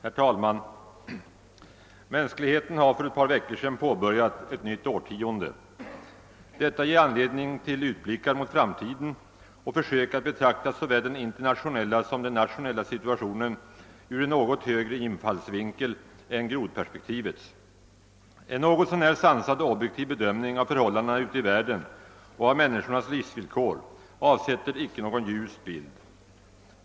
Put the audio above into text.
Herr talman! Mänskligheten har för ett par veckor sedan påbörjat ett nytt årtionde. Detta ger anledning till utblickar mot framtiden och försök att betrakta såväl den internationella som den nationella situationen ur en något högre infallsvinkel än grodperspektivets. En något så när sansad och objektiv bedömning av förhållandena ute i världen och av människornas livsvillkor avsätter icke någon ljus bild.